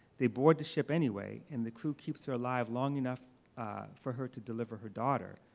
they board the ship anyway and the crew keeps her alive long enough for her to deliver her daughter,